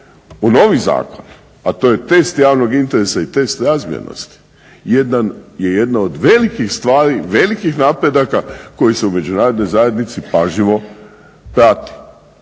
u novi zakon, a to je test javnog interesa i test razmjernosti, je jedna od velikih stvari, velikih napredaka koji se u međunarodnoj zajednici pažljivo prati.